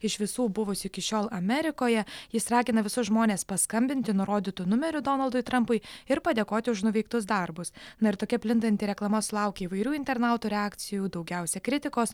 iš visų buvusių iki šiol amerikoje jis ragina visus žmones paskambinti nurodytu numeriu donaldui trampui ir padėkoti už nuveiktus darbus na ir tokia plintanti reklama sulaukė įvairių internautų reakcijų daugiausia kritikos